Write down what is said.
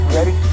Ready